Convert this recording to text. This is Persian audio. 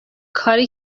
کاری